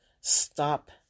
Stop